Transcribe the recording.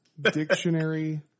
dictionary